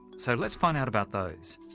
so let's find out about those.